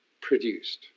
produced